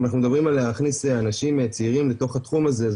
אם אנחנו מדברים על להכניס אנשים צעירים לתוך התחום הזה,